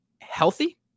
healthy